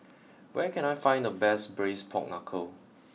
where can I find the best Braised Pork Knuckle